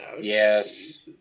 Yes